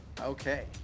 Okay